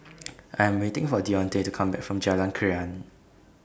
I Am waiting For Deontae to Come Back from Jalan Krian